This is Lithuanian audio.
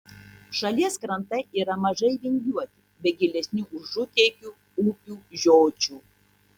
šalies krantai yra mažai vingiuoti be gilesnių užutėkių upių žiočių